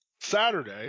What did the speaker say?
Saturday